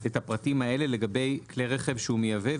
את הפרטים האלה לגבי כלי רכב שהוא מייבא,